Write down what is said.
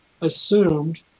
assumed